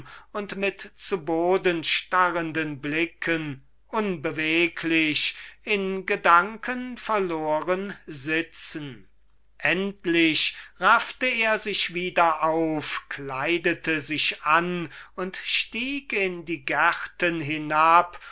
und mit zu boden starrenden blicken unbeweglich wie in gedanken verloren sitzen endlich raffte er sich wieder auf kleidete sich an und stieg in die gärten herab